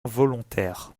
volontaire